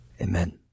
Amen